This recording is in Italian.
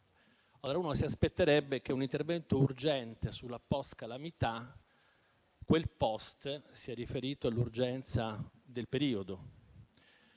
Ci si aspetterebbe che, in un intervento urgente sulla post-calamità, quel "*post*" sia riferito all'urgenza del periodo.